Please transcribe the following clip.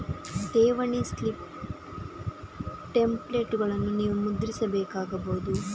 ಠೇವಣಿ ಸ್ಲಿಪ್ ಟೆಂಪ್ಲೇಟುಗಳನ್ನು ನೀವು ಮುದ್ರಿಸಬೇಕಾಗಬಹುದು